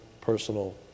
personal